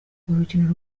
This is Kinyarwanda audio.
urukino